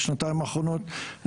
בשנתיים האחרונות,